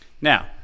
Now